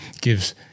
gives